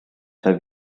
have